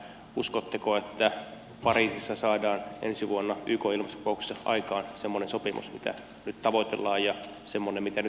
uskotteko että pariisissa saadaan ensi vuonna ykn ilmastokokouksessa aikaan semmoinen sopimus mitä nyt tavoitellaan ja semmoinen mitä nyt tarvittaisiin